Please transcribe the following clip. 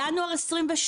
ינואר 2023